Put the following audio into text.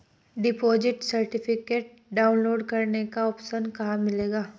Deposit certificate download करने का option कहां मिलेगा?